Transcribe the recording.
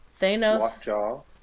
Thanos